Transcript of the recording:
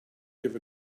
give